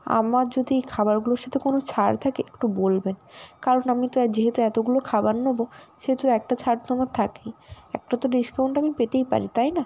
আমার যদি এই খাবারগুলোর সাথে কোনো ছাড় থাকে একটু বলবেন কারণ আমি তো যেহেতু এতগুলো খাবার নোব সেহেতু একটা ছাড় তো আমার থাকেই একটা তো ডিস্কাউন্ট আমি পেতেই পারি তাই না